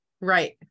right